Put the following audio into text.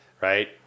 right